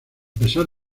pesar